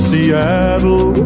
Seattle